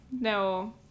no